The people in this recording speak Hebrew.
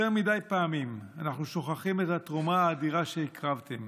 יותר מדי פעמים אנחנו שוכחים את התרומה האדירה שהקרבתם,